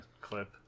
clip